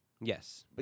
Yes